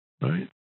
right